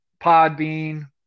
Podbean